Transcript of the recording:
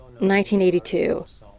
1982